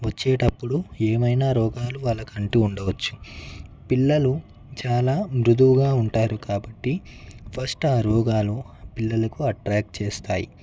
వచ్చేటప్పుడు ఏమైనా రోగాలు వాళ్ళకి అంటి ఉండవచ్చు పిల్లలు చాలా మృదువుగా ఉంటారు కాబట్టి ఫస్ట్ ఆ రోగాలు పిల్లలకు అట్రాక్ట్ చేస్తాయి